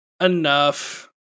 enough